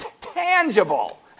tangible